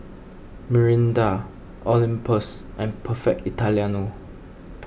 Mirinda Olympus and Perfect Italiano